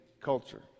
culture